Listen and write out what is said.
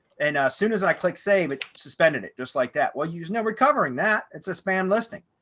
and as soon as i click save it, suspended it just like that, well, you know, recovering that it's a spam listing.